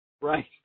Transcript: Right